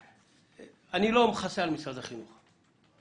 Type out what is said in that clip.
אני לא מכסה על משרד החינוך,